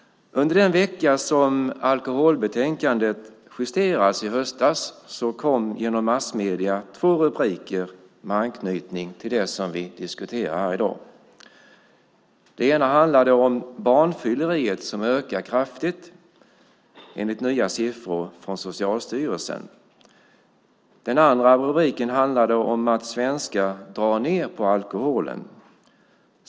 Under den vecka då alkoholbetänkandet justerades i höstas kom i massmedierna två rubriker med anknytning till det som vi diskuterar här i dag. Den ena handlade om barnfylleriet, som ökar kraftigt enligt nya siffror från Socialstyrelsen. Den andra rubriken handlade om att svenskar drar ned på alkoholen.